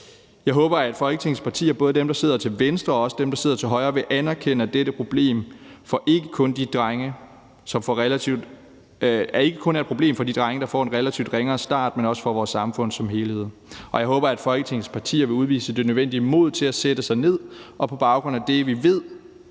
Jeg håber, at Folketingets partier, både dem, der sidder til venstre, og også dem, der sidder til højre, vil anerkende, at dette problem ikke kun er et problem for de drenge, som får en relativt ringere start, men også for vores samfund som helhed. Og jeg håber, at Folketingets partier vil udvise det nødvendige mod til at sætte sig ned, og at de på baggrund af det, vi ved